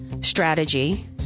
strategy